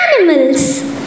animals